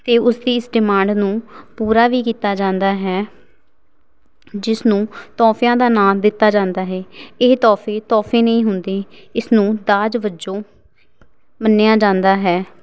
ਅਤੇ ਉਸਦੀ ਇਸ ਡਿਮਾਂਡ ਨੂੰ ਪੂਰਾ ਵੀ ਕੀਤਾ ਜਾਂਦਾ ਹੈ ਜਿਸ ਨੂੰ ਤੋਹਫ਼ਿਆਂ ਦਾ ਨਾਂ ਦਿੱਤਾ ਜਾਂਦਾ ਹੈ ਇਹ ਤੋਹਫ਼ੇ ਤੋਹਫ਼ੇ ਨਹੀਂ ਹੁੰਦੇ ਇਸ ਨੂੰ ਦਾਜ ਵਜੋਂ ਮੰਨਿਆਂ ਜਾਂਦਾ ਹੈ